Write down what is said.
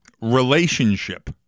relationship